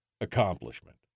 accomplishment